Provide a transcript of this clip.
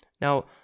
now